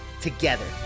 together